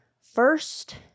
first